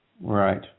right